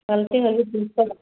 ग़लती होगी